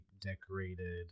decorated